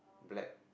black